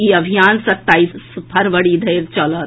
ई अभियान सताईस फरवरी धरि चलत